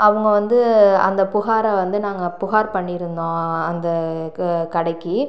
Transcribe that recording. அவங்க வந்து அந்த புகாரை வந்து நாங்கள் புகார் பண்ணியிருந்தோம் அந்த கடைக்கு